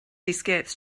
escapes